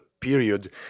period